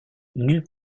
nulle